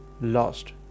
lost